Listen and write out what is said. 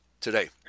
today